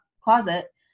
closet